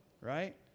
Right